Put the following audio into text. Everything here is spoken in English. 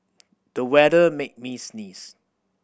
the weather made me sneeze